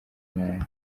nabi